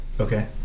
Okay